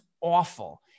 awful